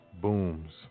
booms